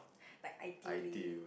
like ideally